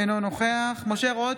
אינו נוכח משה רוט,